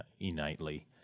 innately